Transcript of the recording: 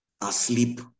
asleep